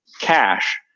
cash